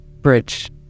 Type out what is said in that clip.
bridge